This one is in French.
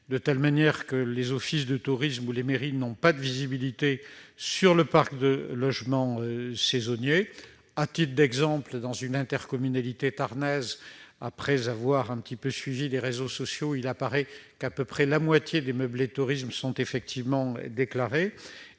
de sorte que les offices de tourisme ou les mairies n'ont pas de visibilité sur le parc de logements saisonniers. À titre d'exemple, dans une intercommunalité tarnaise, après un petit tour sur les réseaux sociaux, il apparaît qu'à peu près la moitié des meublés de tourisme sont effectivement déclarés.